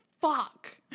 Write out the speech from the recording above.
fuck